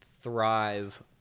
thrive